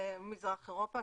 מזרח אירופה,